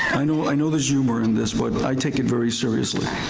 i know i know there's humor in this, but but i take it very seriously.